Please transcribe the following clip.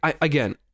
Again